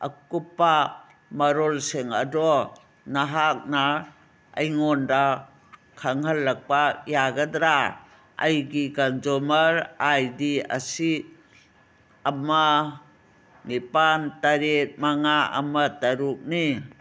ꯑꯀꯨꯞꯄ ꯃꯔꯣꯜꯁꯤꯡ ꯑꯗꯣ ꯅꯍꯥꯛꯅ ꯑꯩꯉꯣꯟꯗ ꯈꯪꯍꯜꯂꯛꯄ ꯌꯥꯒꯗ꯭ꯔꯥ ꯑꯩꯒꯤ ꯀꯟꯖꯨꯃꯔ ꯑꯥꯏ ꯗꯤ ꯑꯁꯤ ꯑꯃ ꯅꯤꯄꯥꯟ ꯇꯔꯦꯠ ꯃꯉꯥ ꯑꯃ ꯇꯔꯨꯛꯅꯤ